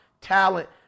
Talent